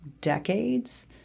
decades